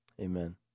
Amen